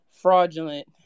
fraudulent